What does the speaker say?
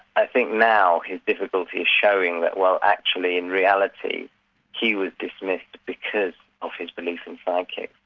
i think now his difficulty is showing that while actually in reality he was dismissed because of his belief in psychics.